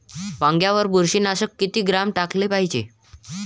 वांग्यावर बुरशी नाशक किती ग्राम टाकाले पायजे?